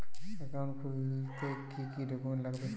Account খুলতে কি কি ডকুমেন্ট লাগবে?